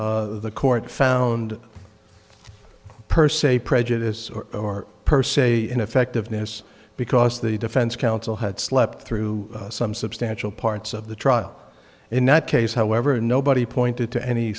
the court found per se prejudice per se ineffectiveness because the defense counsel had slept through some substantial parts of the trial in that case however nobody pointed to any